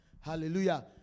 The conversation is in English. Hallelujah